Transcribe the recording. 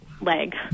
leg